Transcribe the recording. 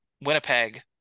Winnipeg